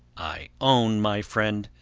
i own, my friend,